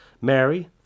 Mary